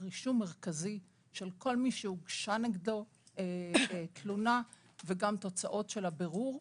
רישום מרכזי של כל מי שהוגשה נגדו תלונה וגם תוצאות של הבירור.